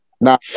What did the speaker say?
Nah